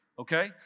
Okay